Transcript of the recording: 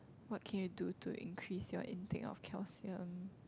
what can you do to increase your intake of calcium